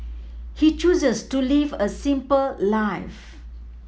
he chooses to live a simple life